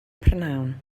prynhawn